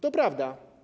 To prawda.